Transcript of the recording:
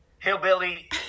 Hillbilly